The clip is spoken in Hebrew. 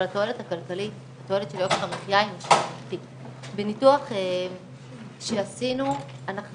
אבל התועלת הכלכלית היא תועלת ש --- בניתוח שעשינו אנחנו